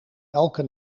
elke